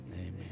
Amen